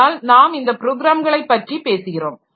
ஆனால் நாம் இந்த ப்ரோக்ராம்களை பற்றி பேசுகிறோம்